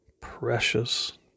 precious